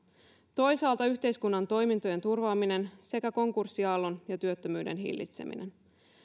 toisaalta yhteiskunnan toimintojen turvaaminen sekä konkurssiaallon ja työttömyyden hillitseminen